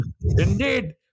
indeed